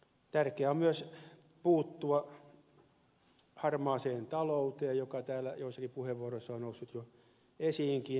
tärkeää on myös puuttua harmaaseen talouteen joka täällä joissakin puheenvuoroissa on noussut jo esiinkin